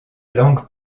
langue